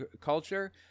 culture